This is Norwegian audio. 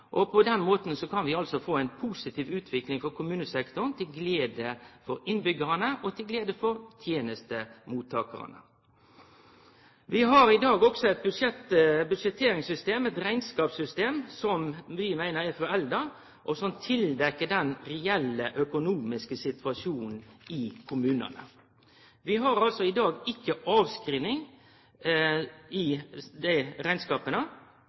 har. På den måten kan vi få ei positiv utvikling for kommunesektoren til glede for innbyggjarane og til glede for tenestemottakarane. Vi har i dag også eit budsjetteringssystem – eit rekneskapssystem – som vi meiner er forelda, og som dekkjer over den reelle økonomiske situasjonen i kommunane. Vi har altså i dag ikkje avskriving i dei rekneskapa. Rett nok går avdraga som ein kostnad, men det